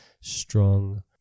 strong